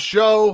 Show